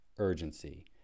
urgency